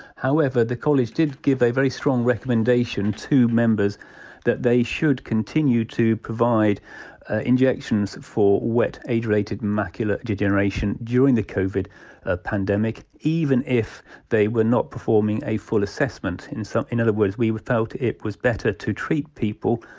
however, the college did give a very strong recommendation to members that they should continue to provide injections for wet age-related macular degeneration during the covid ah pandemic, even if they were not performing a full assessment, in so in other words we felt it was better to treat people,